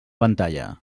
pantalla